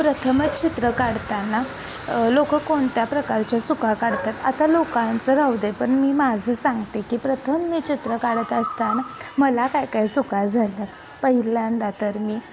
प्रथमच चित्र काढताना लोक कोणत्या प्रकारच्या चुका काढतात आता लोकांचं राहू दे पण मी माझं सांगते की प्रथम मी चित्र काढत असताना मला काय काय चुका झाल्या पहिल्यांदा तर मी